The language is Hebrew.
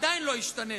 ועדיין לא השתנית.